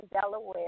Delaware